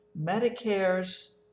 Medicare's